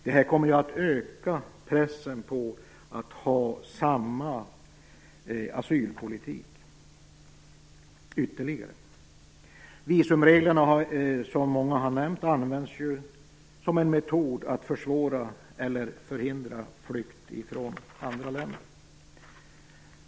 Det här kommer att öka pressen på att ha samma asylpolitik ytterligare. Visumreglerna används ju, som många har nämnt, som en metod att försvåra eller förhindra flykt från andra länder.